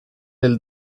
del